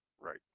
Right